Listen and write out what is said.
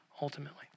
ultimately